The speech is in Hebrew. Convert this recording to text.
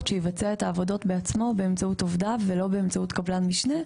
שיבצע את העבודות בעצמו באמצעות עובדיו ולא באמצעות קבלן משנה,